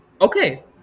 Okay